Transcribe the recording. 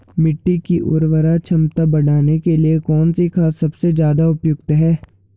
मिट्टी की उर्वरा क्षमता बढ़ाने के लिए कौन सी खाद सबसे ज़्यादा उपयुक्त है?